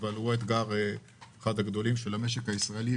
אחד האתגרים הגדולים של המשק הישראלי,